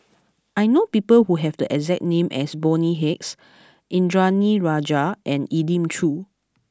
I know people who have the exact name as Bonny Hicks Indranee Rajah and Elim Chew